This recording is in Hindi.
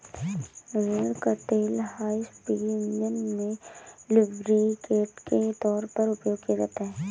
रेड़ का तेल हाई स्पीड इंजन में लुब्रिकेंट के तौर पर उपयोग किया जाता है